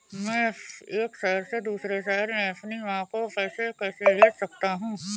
मैं एक शहर से दूसरे शहर में अपनी माँ को पैसे कैसे भेज सकता हूँ?